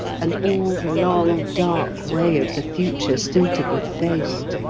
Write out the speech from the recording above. and all the long, dark way of the future still to be faced.